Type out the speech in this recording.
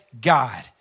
God